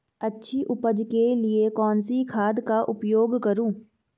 अच्छी उपज के लिए कौनसी खाद का उपयोग करूं?